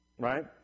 right